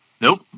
Nope